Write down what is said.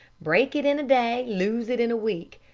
break it in a day, lose it in a week.